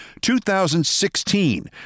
2016